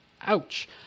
Ouch